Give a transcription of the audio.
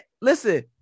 listen